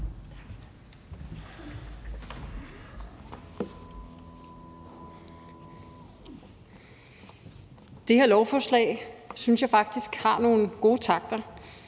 Det her lovforslag synes jeg faktisk har nogle gode takter.